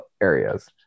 areas